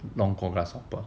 弄过 grasshopper